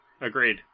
agreed